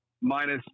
minus